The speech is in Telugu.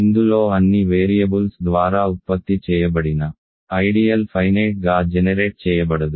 ఇందులో అన్ని వేరియబుల్స్ ద్వారా ఉత్పత్తి చేయబడిన ఐడియల్ ఫైనేట్ గా జెనెరేట్ చేయబడదు